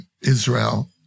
Israel